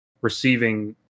receiving